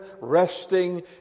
resting